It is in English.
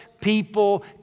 people